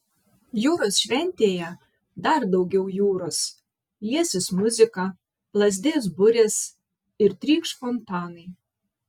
jūros šventėje dar daugiau jūros liesis muzika plazdės burės ir trykš fontanai